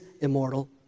immortal